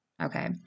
Okay